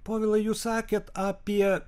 povilai jūs sakėt apie